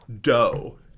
Doe